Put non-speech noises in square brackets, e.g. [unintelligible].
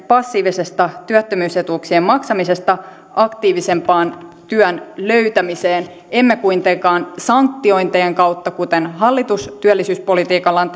passiivisesta työttömyysetuuksien maksamisesta aktiivisempaan työn löytämiseen emme kuitenkaan sanktiointien kautta kuten hallitus työllisyyspolitiikallaan [unintelligible]